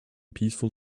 peaceful